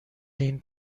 این